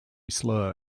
slur